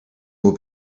will